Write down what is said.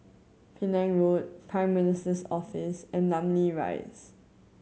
Penang Road Prime Minister's Office and Namly Rise